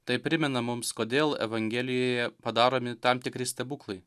tai primena mums kodėl evangelijoje padaromi tam tikri stebuklai